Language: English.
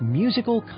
musical